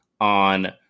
on